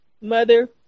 mother